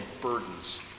burdens